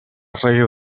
rei